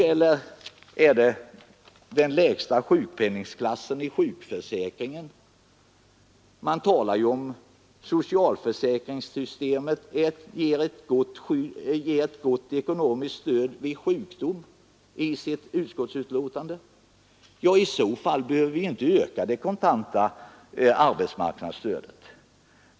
Eller menar man den lägsta sjukpenningklassen i sjukförsäkringen? Man talar ju i betänkandet om att socialförsäkringssystemet ger ett gott ekonomiskt stöd vid sjukdom. I så fall behöver vi inte öka det kontanta arbetsmarknadsstödet.